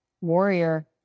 warrior